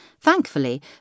Thankfully